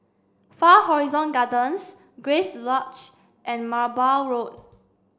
Far Horizon Gardens Grace Lodge and Merbau Road